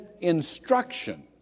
instruction